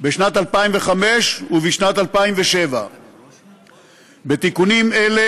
בשנת 2005 ובשנת 2007. בתיקונים האלה